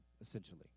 essentially